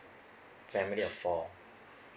family of four